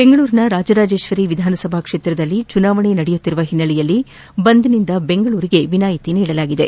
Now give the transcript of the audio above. ಬೆಂಗಳೂರಿನ ರಾಜರಾಜೇಶ್ವರಿ ವಿಧಾನಸಭಾ ಕ್ಷೇತ್ರದಲ್ಲಿ ಚುನಾವಣೆ ನಡೆಯುತ್ತಿರುವ ಹಿನ್ನೆಲೆಯಲ್ಲಿ ಬಂದ್ನಿಂದ ಬೆಂಗಳೂರಿಗೆ ವಿನಾಯಿತಿ ನೀಡಲಾಗಿದೆ